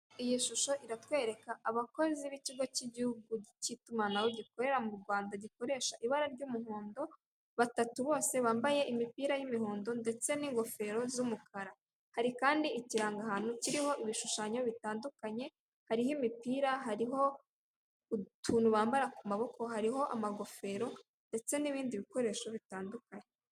Iyi shusho iratwereka abakozi b'ikigo cy'igihugu cy'itumanaho gikorera mu Rwanda, gikoresha ibara ry'umuhondo, batatu bose bambaye imipira y'imihondo ndetse n'ingofero z'umukara, hari kandi ikiranga ahantu ukiriho ibishushanyo bitandukanye, hariho imipira, hariho utuntu bambara ku maboko hariho amagofero ndetse n'ibindi bikoresho bitandukanye.